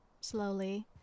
Slowly